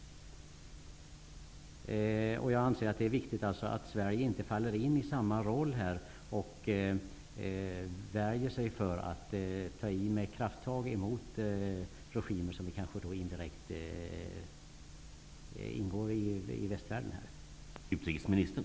Jag anser att det är viktigt att vi i Sverige inte faller in i samma roll och värjer oss för att ta i med krafttag mot regimer som kanske indirekt räknas till västvärlden.